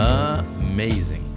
amazing